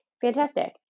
fantastic